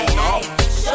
Show